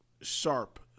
sharp